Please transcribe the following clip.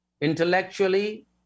intellectually